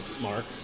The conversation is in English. Mark